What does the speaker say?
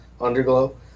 Underglow